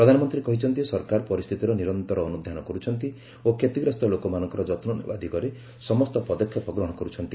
ପ୍ରଧାନମନ୍ତ୍ରୀ କହିଛନ୍ତି ସରକାର ପରିସ୍ଥିତିର ନିରନ୍ତର ଅନୁଧ୍ୟାନ କରୁଛନ୍ତି ଓ କ୍ଷତିଗ୍ରସ୍ତ ଲୋକମାନଙ୍କର ଯତ୍ନ ନେବା ଦିଗରେ ସମସ୍ତ ପଦକ୍ଷେପ ଗ୍ରହଣ କରୁଛନ୍ତି